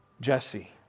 Jesse